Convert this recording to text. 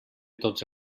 tots